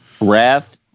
wrath